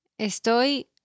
Estoy